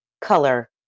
color